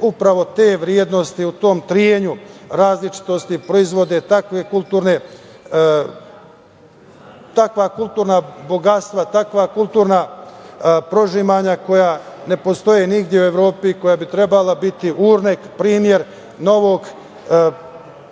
upravo te vrednosti u tom trenju različitosti proizvode takva kulturna bogatstva, takva kulturna prožimanja koja ne postoje nigde u Evropi i koja bi trebala biti uvek primer novog